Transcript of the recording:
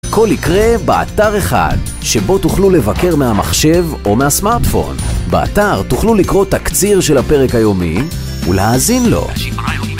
הכל יקרה באתר אחד, שבו תוכלו לבקר מהמחשב או מהסמארטפון. באתר תוכלו לקרוא תקציר של הפרק היומי ולהאזין לו.